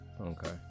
okay